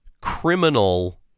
criminal